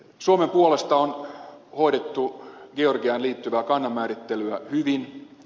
suomen puolesta on hoidettu georgiaan liittyvää kannanmäärittelyä hyvin